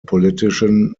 politician